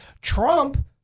Trump